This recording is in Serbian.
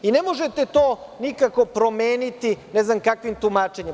I ne možete to nikako promeniti ne znam kakvim tumačenjima.